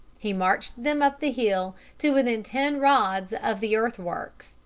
he marched them up the hill to within ten rods of the earth-works,